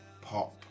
Pop